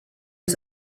ist